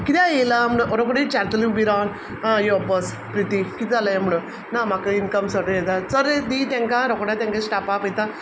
कित्या येलां म्हणून रोखडी विचारतली उबी रावून आं यो बस प्रिती कित जालें म्हणोन ना म्हाका इन्कम सर्टिफिकेट जाय चल रे दी तेंकां रोखडे तेंगे स्टाफा आपयता